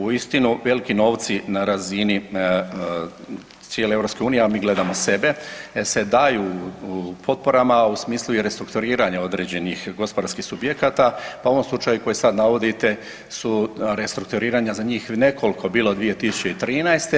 Uistinu veliki novci na razini cijele EU, a mi gledamo sebe se daju potporama u smislu i restrukturiranja određenih gospodarskih subjekata, pa u ovom slučaju koji sad navodite su restrukturiranja za njih nekoliko bilo 2013.